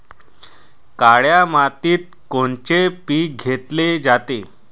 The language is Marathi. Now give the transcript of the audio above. काळ्या मातीत कोनचे पिकं घेतले जाते?